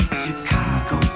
Chicago